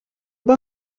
mba